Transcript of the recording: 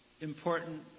important